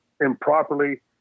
improperly